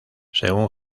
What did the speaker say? según